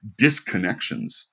disconnections